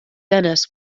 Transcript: denis